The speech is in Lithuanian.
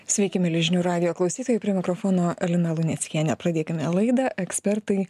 sveiki mieli žinių radijo klausytojai prie mikrofono lina luneckienė pradėkime laidą ekspertai